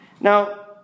Now